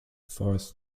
forests